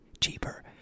cheaper